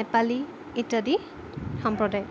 নেপালী ইত্যাদি সম্প্ৰদায়